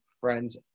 friends